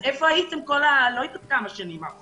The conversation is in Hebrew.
אז איפה הייתם כל לא יודעת כמה השנים האחרונות?